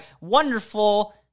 wonderful